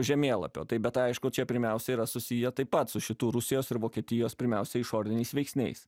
žemėlapio taip bet aišku čia pirmiausia yra susiję taip pat su šitų rusijos ir vokietijos pirmiausia išoriniais veiksniais